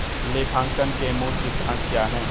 लेखांकन के मूल सिद्धांत क्या हैं?